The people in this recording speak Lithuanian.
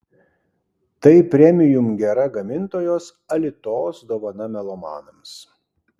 tai premium gera gamintojos alitos dovana melomanams